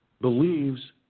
Believes